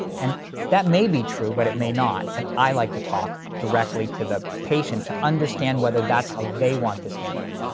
and that may be true but it may not and i like to talk directly to the patient to understand whether that's how they want this handled.